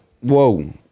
Whoa